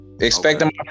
Expecting